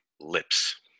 lips